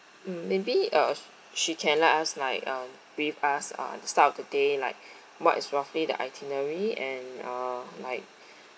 mm maybe uh she can let us like uh brief us uh the start of the day like what is roughly the itinerary and uh like